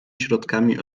środkami